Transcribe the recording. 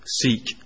seek